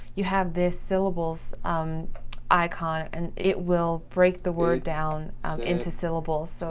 you have this syllables um icon and it will break the word down into syllables. so